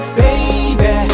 baby